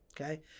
okay